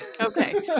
okay